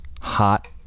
Hot